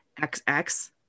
XX